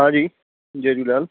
हा जी जय झूलेलाल